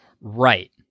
Right